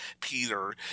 Peter